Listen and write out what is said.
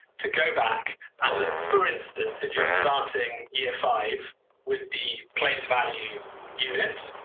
to go back and look. for instance, if you're starting year five with the place value unit,